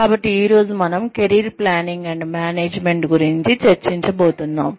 కాబట్టి ఈ రోజు మనం కెరీర్ ప్లానింగ్ అండ్ మేనేజ్మెంట్ గురుంచి చర్చించబోతున్నాం